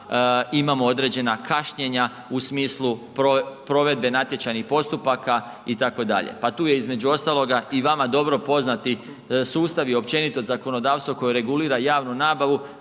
imamo određena kašnjenja u smislu provedbe natječajnih postupaka itd. Pa tu je između ostaloga i vama dobro poznati sustav i općenito zakonodavstvo koje regulira javnu nabavu